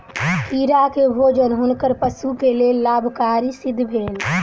कीड़ा के भोजन हुनकर पशु के लेल लाभकारी सिद्ध भेल